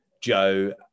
joe